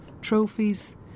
trophies